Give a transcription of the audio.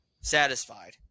satisfied